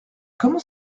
comment